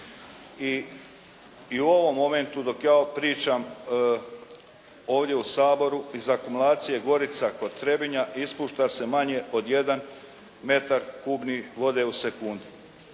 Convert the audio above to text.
i u ovom momentu dok ja pričam ovdje u Saboru iz akumulacije Gorica kod Trebinja ispušta se manje od 1 metar kubni vode u sekundi.